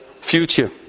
future